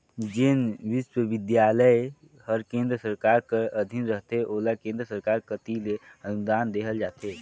जेन बिस्वबिद्यालय हर केन्द्र सरकार कर अधीन रहथे ओला केन्द्र सरकार कती ले अनुदान देहल जाथे